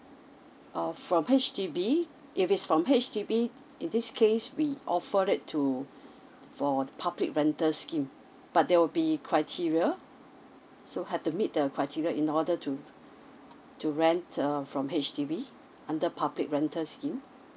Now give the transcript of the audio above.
uh from H_D_B if it's from H_D_B in this case we offer it to for public rental scheme but there will be criteria so have to meet the criteria in order to to rent uh from H_D_B under public rental scheme